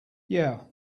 yeah